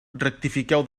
rectifiqueu